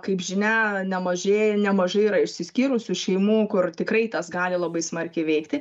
kaip žinia nemažėja nemažai yra išsiskyrusių šeimų kur tikrai tas gali labai smarkiai veikti